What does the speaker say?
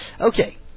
Okay